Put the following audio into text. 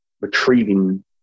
retrieving